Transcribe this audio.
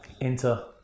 Enter